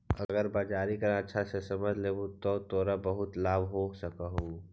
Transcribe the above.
अगर बाजारीकरण अच्छा से समझ लेवे त तोरा बहुत लाभ हो सकऽ हउ